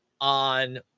on